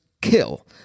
kill